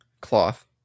Cloth